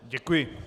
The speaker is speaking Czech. Děkuji.